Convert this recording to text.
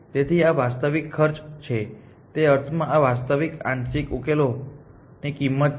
તેથી આ વાસ્તવિક ખર્ચ છે તે અર્થમાં આ વાસ્તવિક આંશિક ઉકેલોની કિંમત છે